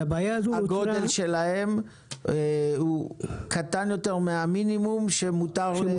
הגודל שלהם קטן יותר מהמינימום שמותר.